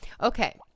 Okay